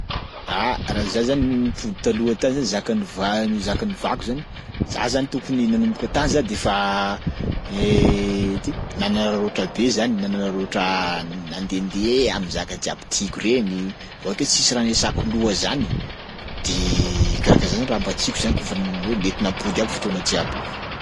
Ah, raha za zany no nipody taloha tany zany zaka nova- zaka novako zany za zany tokony nanomboka tany za de fa ty nanararaotra be zany nanararaotra nandendeha am'zaka jiaby tiako reny hakeo tsisy raha niasako loha zany de karakaha zany raha mba tiako zany kaofa hoe nety napody aby fotoana jiaby.